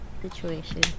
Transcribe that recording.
situation